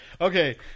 Okay